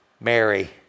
Mary